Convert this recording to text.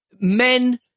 men